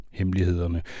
hemmelighederne